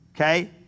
Okay